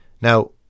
Now